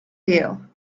you